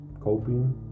coping